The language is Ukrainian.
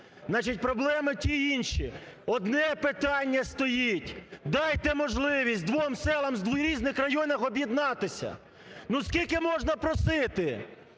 проблеми ті, інші, одне питання стоїть – дайте можливість двом селам з різних районів об'єднатися. Ну, скільки можна просити?